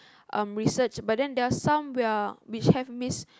um research but then there are some we are which have mis~